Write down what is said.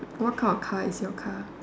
what kind of car is your car